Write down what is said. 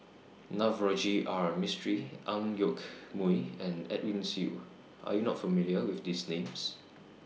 Navroji R Mistri Ang Yoke Mooi and Edwin Siew Are YOU not familiar with These Names